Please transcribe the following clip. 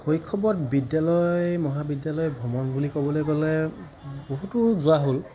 শৈশৱত বিদ্যালয় মহাবিদ্যালয় ভ্ৰমণ বুলি ক'বলৈ গ'লে বহুতো যোৱা হ'ল